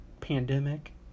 pandemic